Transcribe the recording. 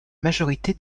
majorité